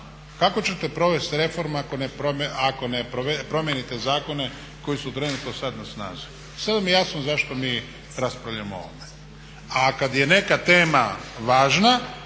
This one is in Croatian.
kako ćete provesti reformu ako ne promijenite zakone koji su trenutno sad na snazi? I sad vam je jasno zašto mi raspravljamo o ovome. A kad je neka tema važna